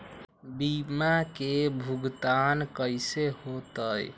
बीमा के भुगतान कैसे होतइ?